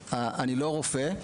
רופא,